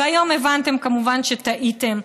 והיום הבנתם כמובן שטעיתם,